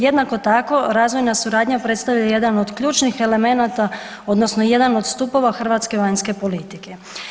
Jednako tako razvojna suradnja predstavlja jedan od ključnih elemenata odnosno jedan od stupova hrvatske vanjske politike.